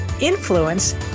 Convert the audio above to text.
influence